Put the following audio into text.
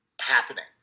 happening